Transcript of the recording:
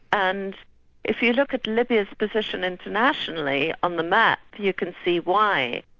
and if you look at libya's position internationally on the map, you can see why.